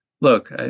look